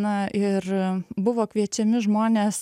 na ir buvo kviečiami žmonės